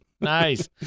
Nice